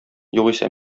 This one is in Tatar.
югыйсә